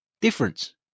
difference